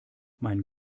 mein